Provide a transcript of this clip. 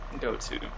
go-to